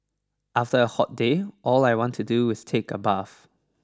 after a hot day all I want to do is take a bath